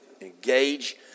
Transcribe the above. engage